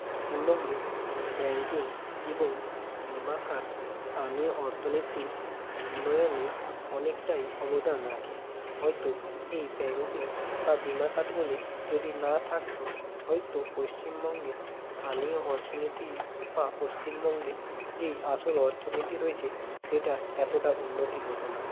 পশ্চিমবঙ্গের ব্যাংকিং এবং বিমাখাত স্থানীয় অর্থনীতির উন্নয়নে অনেকটাই অবদান রাখে হয়তো এই ব্যাংকিং বা বিমাখাতগুলি যদি না থাকতো হয়তো পশ্চিমবঙ্গের স্থানীয় অর্থনীতি বা পশ্চিমবঙ্গের যেই আসল অর্থনীতি রয়েছে সেটার এতোটা উন্নতি হতো না